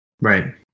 Right